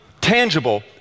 tangible